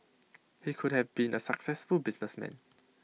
he could have been A successful businessman